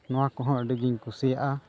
ᱱᱚᱣᱟ ᱠᱚᱦᱚᱸ ᱟᱹᱰᱤ ᱜᱮᱧ ᱠᱩᱥᱤᱭᱟᱜᱼᱟ